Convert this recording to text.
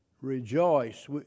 rejoice